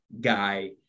guy